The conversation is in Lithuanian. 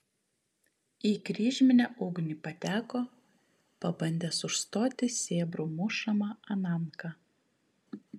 į kryžminę ugnį pateko pabandęs užstoti sėbrų mušamą ananką